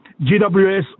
GWS